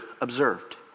observed